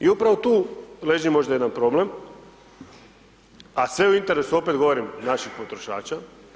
I upravo tu leži možda jedan problem, a sve u interesu, opet govorim, naših potrošača.